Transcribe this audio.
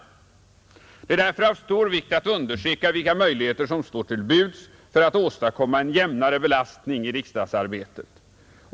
Det är därför av stor vikt att undersöka vilka möjligheter som står till buds för att åstadkomma en jämnare belastning i riksdagsarbetet.